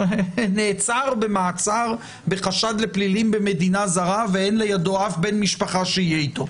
נעצר במעצר בחשד לפלילים במדינה זרה ואין לידו אף בן משפחה שיהיה איתו.